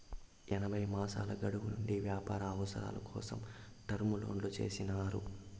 ఎనభై మాసాల గడువు నుండి వ్యాపార అవసరాల కోసం టర్మ్ లోన్లు చేసినారు